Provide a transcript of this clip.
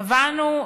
קבענו,